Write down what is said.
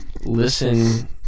listen